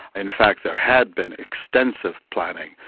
in fact there had been extensive planning,